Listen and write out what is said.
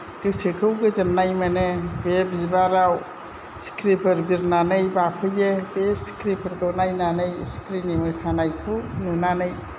गोसोखौ गोजोन्नाय मोनो बे बिबाराव सिखिरिफोर बिरनानै बाफैयो बे सिखिरिफोरखौ नायनानै सिखिरिनि मोसानायखौ नुनानै